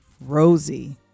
Rosie